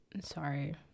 sorry